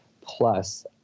plus